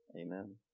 Amen